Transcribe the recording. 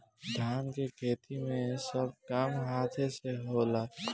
धान के खेती मे सब काम हाथे से होला